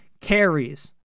carries